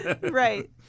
Right